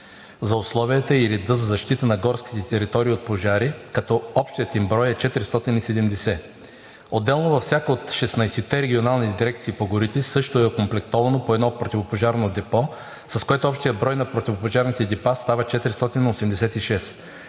за условията и реда за защита на горските територии от пожари, като общият им брой е 470. Отделно във всяка от 16-те регионални дирекции по горите също е окомплектовано по едно противопожарно депо, с което общият брой на противопожарните депа става 486.